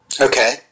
Okay